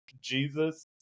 Jesus